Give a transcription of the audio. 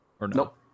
Nope